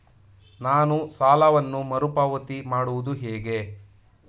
ನಾನು ಸಾಲವನ್ನು ಮರುಪಾವತಿ ಮಾಡುವುದು ಹೇಗೆ?